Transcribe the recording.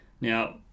Now